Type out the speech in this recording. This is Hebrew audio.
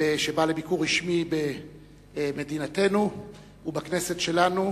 רביעי, י"ז בחשוון תש"ע, 4 בחודש נובמבר